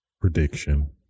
prediction